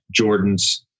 Jordans